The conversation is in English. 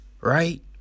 right